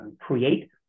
create